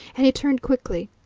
and he turned quickly.